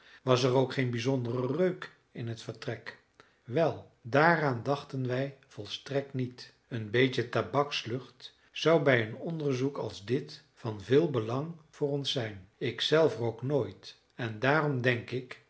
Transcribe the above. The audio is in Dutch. was er ook geen bijzondere reuk in het vertrek wel daaraan dachten wij volstrekt niet een beetje tabakslucht zou bij een onderzoek als dit van veel belang voor ons zijn ik zelf rook nooit en daarom denk ik